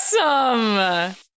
awesome